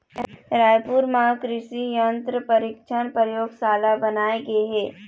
रायपुर म कृसि यंत्र परीक्छन परयोगसाला बनाए गे हे